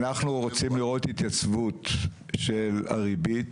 אנחנו רוצים לראות התייצבות של הריבית,